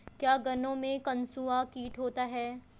क्या गन्नों में कंसुआ कीट होता है?